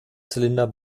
zylinder